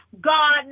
God